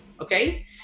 Okay